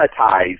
monetize